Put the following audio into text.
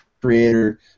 creator